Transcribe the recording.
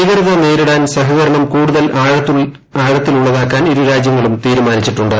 ഭീകരത നേരിടാൻ സഹകരണം കൂടുതൽ ആഴത്തിലുള്ളതാക്കാൻ ഇരു രാജ്യങ്ങളും തീരുമാനിച്ചിട്ടുണ്ട്